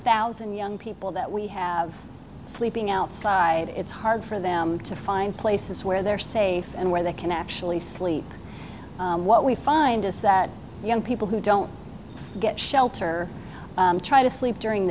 thousand young people that we have sleeping outside it's hard for them to find places where they're safe and where they can actually sleep what we find is that young people who don't get shelter try to sleep during